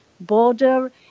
Border